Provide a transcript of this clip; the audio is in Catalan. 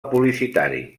publicitari